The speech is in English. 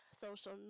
social